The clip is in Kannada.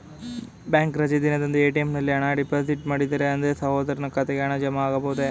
ಬ್ಯಾಂಕ್ ರಜೆ ದಿನದಂದು ಎ.ಟಿ.ಎಂ ನಲ್ಲಿ ಹಣ ಡಿಪಾಸಿಟ್ ಮಾಡಿದರೆ ಅಂದೇ ಸಹೋದರನ ಖಾತೆಗೆ ಹಣ ಜಮಾ ಆಗಬಹುದೇ?